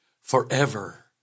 forever